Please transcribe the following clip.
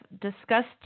Discussed